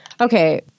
Okay